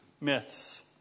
myths